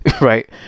right